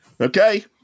Okay